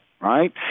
right